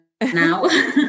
now